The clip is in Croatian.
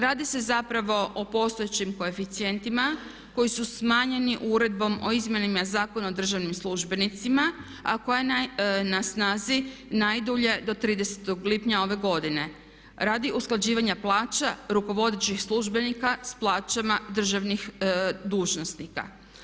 Radi se zapravo o postojećim koeficijentima koji su smanjeni Uredbom o izmjenama Zakona o državnim službenicima a koja je na snazi najdulje do 30. lipnja ove godine radi usklađivanja plaća rukovodećih službenika sa plaćama državnih dužnosnika.